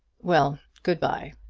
well good-bye.